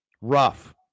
rough